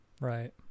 Right